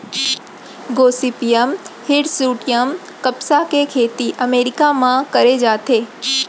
Gossypium हिरस्यूटम कपसा के खेती अमेरिका म करे जाथे